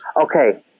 Okay